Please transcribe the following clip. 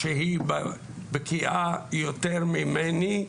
שהיא בקיאה יותר ממני,